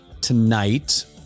tonight